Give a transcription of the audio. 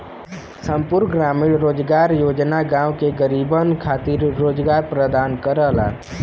संपूर्ण ग्रामीण रोजगार योजना गांव के गरीबन खातिर रोजगार प्रदान करला